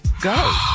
Go